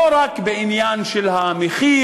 לא רק בעניין של המחיר,